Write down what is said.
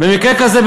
במקרה כזה,